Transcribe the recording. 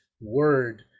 word